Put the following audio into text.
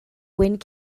wind